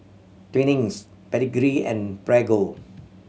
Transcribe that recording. Twinings Pedigree and Prego